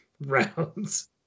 rounds